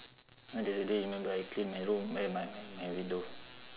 the other day you remember I clean my room eh my my my window